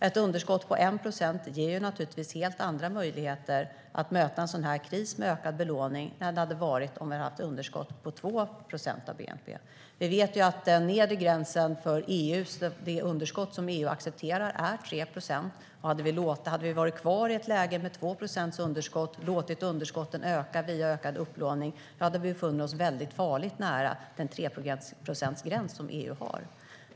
Ett underskott på 1 procent ger naturligtvis helt andra möjligheter att möta en sådan här kris med ökad belåning än det hade varit om vi hade haft underskott på 2 procent av bnp. Vi vet att den nedre gränsen för det underskott som EU accepterar är 3 procent. Hade vi varit kvar i ett läge med 2 procents underskott och låtit underskottet öka via ökad upplåning hade vi befunnit oss farligt nära den 3-procentsgräns som EU har.